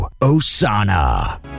Osana